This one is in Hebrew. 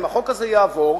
אם החוק הזה יעבור,